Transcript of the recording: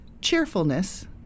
cheerfulness